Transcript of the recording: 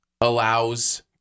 allows